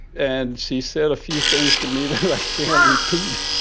and she said a few things to me that i can't repeat.